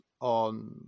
on